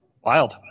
Wild